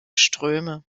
ströme